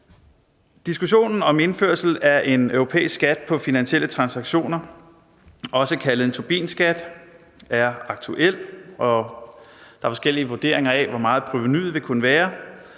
Diskussionen om indførelse af en europæisk skat på finansielle transaktioner, også kaldet en Tobinskat, er aktuel. Der er forskellige vurderinger af, hvor meget provenuet vil kunne være,